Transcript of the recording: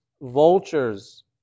vultures